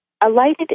alighted